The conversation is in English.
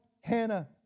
Hannah